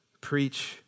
preach